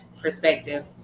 perspective